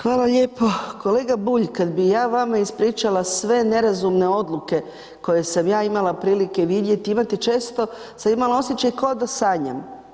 Hvala lijepo, kolega Bulj kad bi ja vama ispričala sve nerazumne odluke koje sam ja imala prilike vidjeti, imate često sam imala osjećaj ko da sanjam.